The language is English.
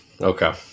Okay